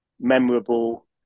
memorable